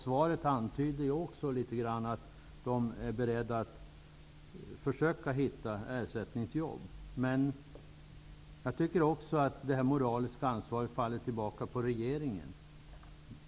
Svaret antyder litet grand att man på Vattenfall är beredd att försöka hitta ersättningsjobb. Jag anser att detta moraliska ansvar även faller tillbaka på regeringen.